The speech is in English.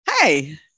Hey